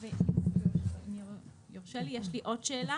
אם יורשה לי, יש לי עוד שאלה.